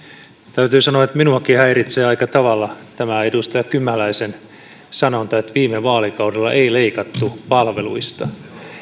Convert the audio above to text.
täytyy sanoa että minuakin häiritsee aika tavalla tämä edustaja kymäläisen sanonta että viime vaalikaudella ei leikattu palveluista